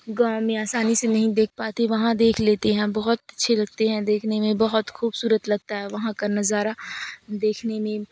گاؤں میں آسانی سے نہیں دیکھ پاتے وہاں دیکھ لیتے ہیں بہت اچھے لگتے ہیں دیکھنے میں بہت خوبصورت لگتا ہے وہاں کا نظارہ دیکھنے میں